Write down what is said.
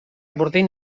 burdin